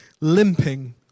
limping